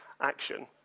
action